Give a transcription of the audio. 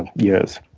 and years.